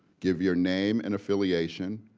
give your name and affiliation.